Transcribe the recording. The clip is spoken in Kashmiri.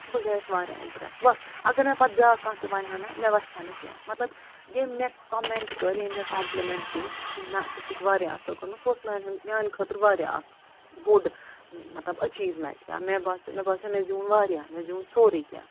بہٕ گٔیس وارِیاہ اِمپرٮ۪س بس اگر نہٕ مےٚ پتہٕ بیٛاکھ کانٛہہ تہِ وَنِہنا مےٚ وَسہِ ہا نہٕ کیٚنٛہہ مطلب ییٚمۍ مےٚ کمٮ۪نٛٹ کٔر ییٚمۍ مےٚ کمپٕلمٮ۪نٛٹ دِژ کہِ نَہ ژے چھُتھ واریاہ اصٕل کوٚرمُت سُہ اوس میانہِ ہُنٛد میانہِ خٲطرٕ وارِیاہ اکھ بوٚڑ مطلب أچیٖومٮ۪نٛٹ یا مےٚ باسو مےٚ باسیو مےٚ زیوٗن وارِیاہ مےٚ زیوٗن سورُے کیٚنٛہہ